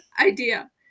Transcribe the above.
idea